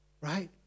right